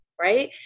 right